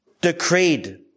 decreed